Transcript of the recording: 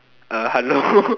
uh hello